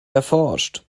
erforscht